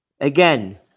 Again